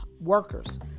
workers